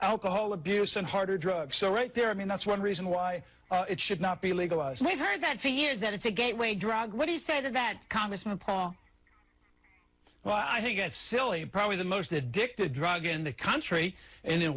alcohol abuse and harder drugs so right there i mean that's one reason why it should not be legalized we've heard that for years that it's a gateway drug what do you say to that congressman paul well i think it's silly and probably the most addictive drug in the country in the